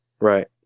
Right